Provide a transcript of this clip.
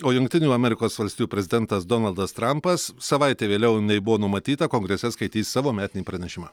o jungtinių amerikos valstijų prezidentas donaldas trampas savaite vėliau nei buvo numatyta kongrese skaitys savo metinį pranešimą